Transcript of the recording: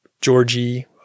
Georgie